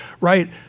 right